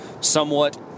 somewhat